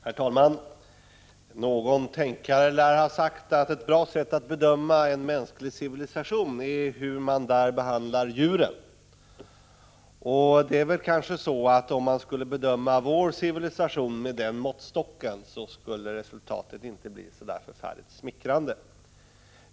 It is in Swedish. Herr talman! Någon tänkare lär ha sagt att ett bra sätt att bedöma en mänsklig civilisation är att se på hur man där behandlar djuren. Skulle man bedöma vår civilisation med den måttstocken, skulle kanske resultatet inte bli så värst smickrande.